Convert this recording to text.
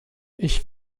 ich